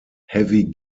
heavy